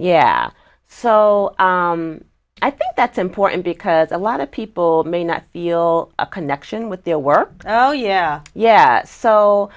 yeah so i think that's important because a lot of people may not feel a connection with their work oh yeah yeah so